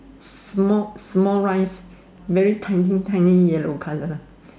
small small rice very tiny tiny yellow colour